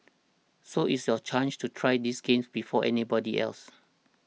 so it's your chance to try these games before anybody else